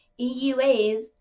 EUAs